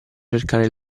cercare